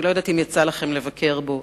אני לא יודעת אם יצא לכם לבקר בו,